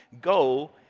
go